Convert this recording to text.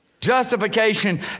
Justification